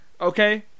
okay